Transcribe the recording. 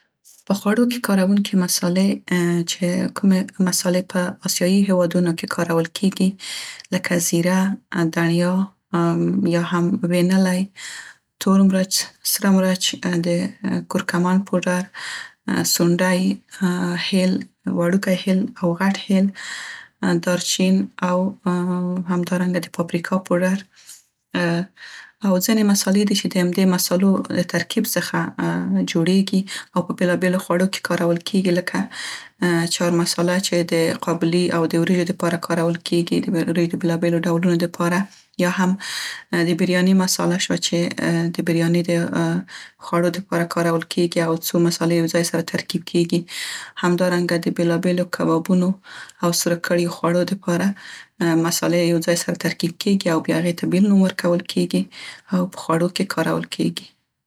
،یا هم وینلی، تورمرچ، سره مرچ، د کورکمن پوډر، سونډی، هیل په خوړو کې کارونکې مسالې چې کومې مسالې په اسیايي هیوادونو کې کارول کیګي لکه، زیره، دڼیا .وړوکی هیل او غټ هیل، دارچین او همدارنګه د پاپریکا پوډر او ځينې مسالې دي چې د همدې مسالو له ترکیب څخه جوړیګي او په بیلابیلو خوړو کې کارول کیګي لکه چهار مساله چې د قابلي او د وریژو لپاره کارول کیګي د وریژو د بیلابیلو ډولونو د پاره یا هم د بریاني مساله شوه چې د بریاني د خوړو د پاره کارول کیګي او څو مسالې یو ځای سره ترکیب کیګي، همدارنګه د بیلابیلو کبابونو او سره کړیو خوړو د پاره مسالې یو ځای سره ترکیب کیګي او بیا هغې ته بیل نوم ورکول کیګي. او په خوړو کې کارول کیګي.